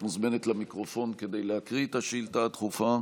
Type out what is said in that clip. את מוזמנת למיקרופון כדי להקריא את השאילתה הדחופה.